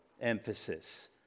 emphasis